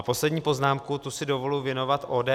Poslední poznámku si dovoluji věnovat ODS.